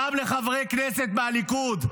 גם לחברי כנסת מהליכוד,